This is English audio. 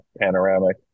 panoramic